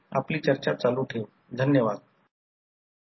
आता सेकंडरी साईडचे power factor म्हणजे पॉवर फॅक्टर 0